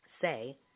Say